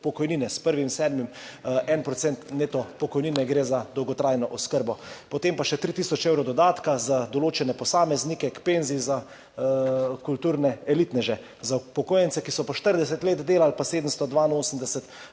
pokojnine, s gre 1. 7. 1 % neto pokojnine za dolgotrajno oskrbo. Potem pa še 3 tisoč evrov dodatka za določene posameznike k penziji, za kulturne elitneže. Za upokojence, ki so 40 let delali, pa 782